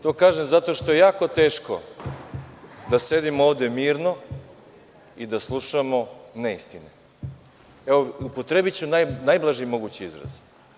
To kažem zato što je jako teško da sedim ovde mirno i da slušamo neistine, evo, upotrebiću najblaži mogući izraz.